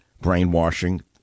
brainwashing